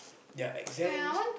their exams